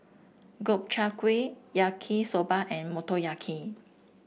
Gobchang Gui Yaki Soba and Motoyaki